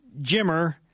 Jimmer